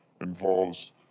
involves